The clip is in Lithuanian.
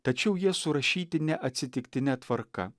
tačiau jie surašyti ne atsitiktine tvarka